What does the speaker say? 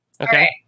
Okay